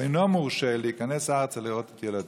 הוא אינו מורשה להיכנס ארצה לראות את ילדיו.